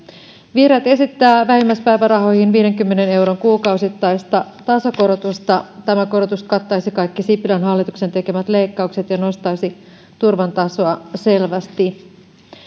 vihreät esittävät vähimmäispäivärahoihin viidenkymmenen euron kuukausittaista tasokorotusta tämä korotus kattaisi kaikki sipilän hallituksen tekemät leikkaukset ja nostaisi turvan tasoa selvästi